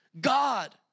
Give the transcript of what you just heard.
God